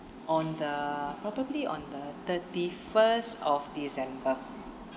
on the probably on the thirty first of december